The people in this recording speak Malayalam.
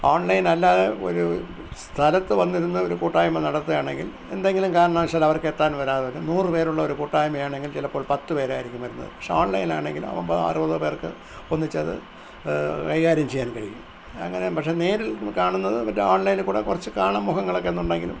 ഓൺലൈൻ അല്ലാതെ ഒരു സ്ഥലത്തു വന്നിരുന്ന് ഒരു കൂട്ടായ്മ നടത്തുകയാണെങ്കിൽ എന്തെങ്കിലും കാരണവശാൽ അവർക്ക് എത്താൻ വരാതെ വരും നൂറു പേരുള്ളൊരു കൂട്ടായ്മയാണെങ്കിൽ ചിലപ്പോൾ പത്ത് പേരായിരിക്കും വരുന്നത് പക്ഷെ ഓൺലൈനാണെങ്കിൽ അമ്പതോ അറുപതോ പേർക്ക് ഒന്നിച്ചത് കൈകാര്യം ചെയ്യാൻ കഴിയും അങ്ങനെ പക്ഷെ നേരിൽ കാണുന്നത് മറ്റേ ഓൺലൈനിൽ കൂടെ കുറച്ച് കാണും മുഖങ്ങളൊക്കെയെന്നുണ്ടെങ്കിലും